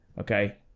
okay